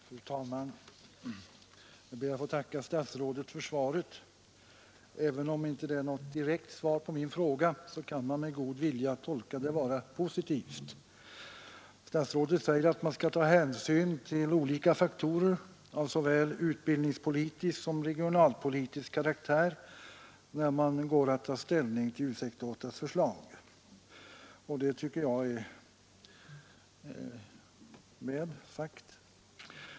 Fru talman! Jag ber att få tacka statsrådet för svaret. Även om det inte är något direkt svar på min fråga kan man med god vilja tolka det som positivt. Statsrådet säger att man skall ta hänsyn till olika faktorer av såväl utbildningspolitisk som regionalpolitisk karaktär när man går att ta ställning till U 68:s förslag, och det tycker jag är bra.